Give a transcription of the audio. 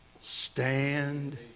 Stand